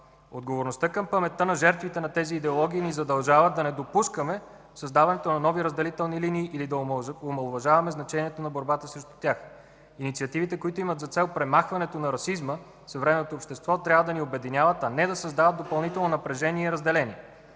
Отговорността към паметта на жертвите на тези идеологии ни задължава да не допускаме създаването на нови разделителни линии, или да омаловажаваме значението на борбата срещу тях. Инициативите, които имат за цел премахването на расизма в съвременното общество, трябва да ни обединяват, а не да създават допълнително напрежение и разделение.